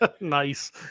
Nice